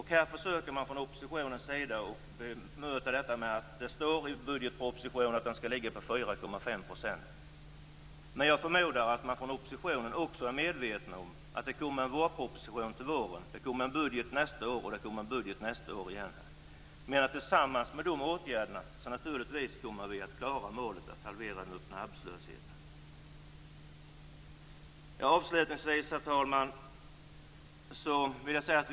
Här försöker man från oppositionens sida bemöta detta med att det står i budgetpropositionen att den skall ligga på 4,5 %. Men jag förmodar att man från oppositionen också är medveten om att det kommer en vårproposition till våren, att det kommer en budget nästa år och en nästa år igen. Tillsammans med dessa åtgärder kommer vi naturligtvis att uppnå målet att halvera den öppna arbetslösheten. Herr talman!